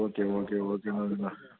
okay okay okay ஓகேண்ணா